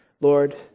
Lord